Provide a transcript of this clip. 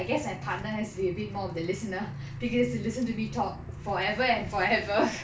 I guess my partner has to be a bit more of the listener because he listen to me talk forever and forever